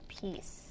peace